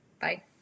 Bye